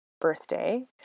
birthday